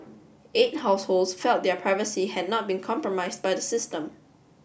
eight households felt their privacy had not been compromised by the system